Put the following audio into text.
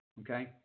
Okay